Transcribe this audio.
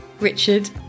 Richard